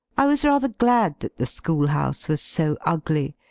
i was rather glad that the school-house was so ugly,